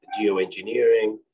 geoengineering